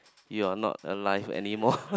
you are not alive anymore